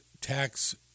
tax